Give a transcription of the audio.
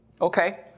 Okay